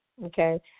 Okay